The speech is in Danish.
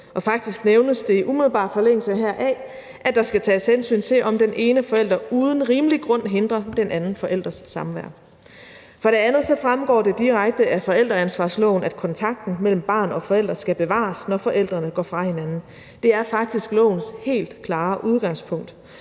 Faktisk nævnes det i umiddelbar forlængelse heraf, at der skal tages hensyn til, om den ene forælder uden rimelig grund hindrer den anden forælders samvær. For det andet fremgår det direkte af forældreansvarsloven, at kontakten mellem barn og forældre skal bevares, når forældrene går fra hinanden. Det er faktisk lovens helt klare udgangspunkt,